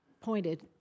pointed